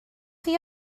chi